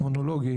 כרונולוגי.